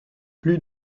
plus